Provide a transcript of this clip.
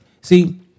See